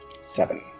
Seven